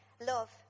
love